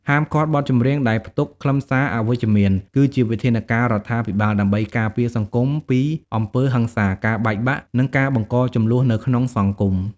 ហាមឃាត់បទចម្រៀងដែលផ្ទុកខ្លឹមសារអវិជ្ជមាន គឺជាវិធានការរដ្ឋាភិបាល ដើម្បីការពារសង្គមពីអំពើហិង្សា ការបែកបាក់ និងការបង្កជម្លោះនៅក្នុងសង្គម។